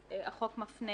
החוק מפנה